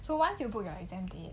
so once you put your exam date